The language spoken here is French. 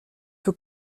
peu